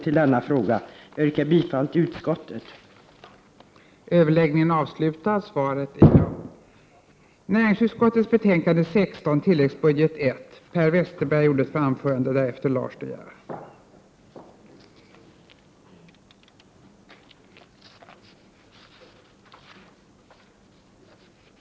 Jag yrkar bifall till utskottets hemställan.